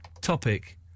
topic